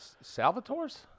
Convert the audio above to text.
Salvatore's